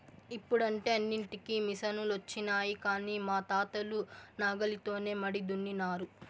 ఇప్పుడంటే అన్నింటికీ మిసనులొచ్చినాయి కానీ మా తాతలు నాగలితోనే మడి దున్నినారు